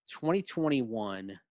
2021